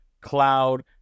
cloud